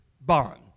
bond